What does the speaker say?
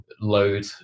load